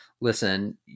listen